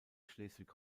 schleswig